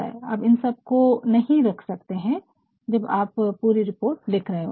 अब इन सबको नहीं रख सकते है जब आप पूरी रिपोर्ट लिख रहे होते है